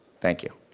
thank you.